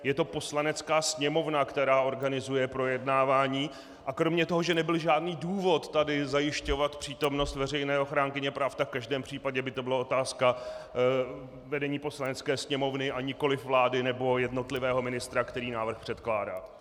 Je to Poslanecká sněmovna, která organizuje projednávání, a kromě toho, že nebyl žádný důvod tady zajišťovat přítomnost veřejné ochránkyně práv, tak v každém případě by to byla otázka vedení Poslanecké sněmovny, a nikoli vlády nebo jednotlivého ministra, který návrh předkládá.